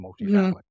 multifamily